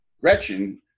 Gretchen